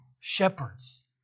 Shepherds